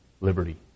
liberty